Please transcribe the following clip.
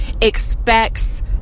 expects